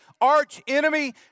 archenemy